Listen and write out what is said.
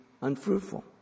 unfruitful